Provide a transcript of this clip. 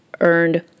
earned